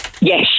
Yes